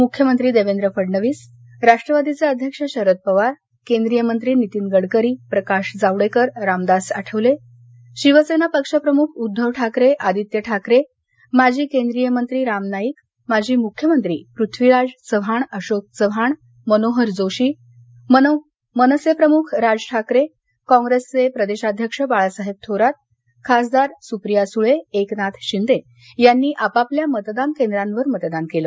मुख्यमंत्री देवेंद्र फडणीस राष्ट्रवादीचे अध्यक्ष शरद पवार केंद्रीय मंत्री नितीन गडकरी प्रकाश जावडेकर रामदास आठवले शिवसेना पक्षप्रमुख उद्धव ठाकरे आदित्य ठाकरे माजी केंद्रीय मंत्री राम नाईक माजी मुख्यमंत्री पृथ्वीराज चव्हाण अशोक चव्हाण मनोहर जोशी मनसे प्रमुख राज ठाकरे काँप्रेसचे प्रदेशाध्यक्ष बाळासाहेब थोरात खासदार सुप्रिया सुळे एकनाथ शिंदे यांनी आपापल्या मतदान केंद्रांवर मतदान केलं